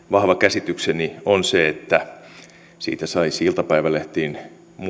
vahva käsitykseni on se että siitä saisi iltapäivälehtiin muhkean